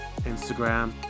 Instagram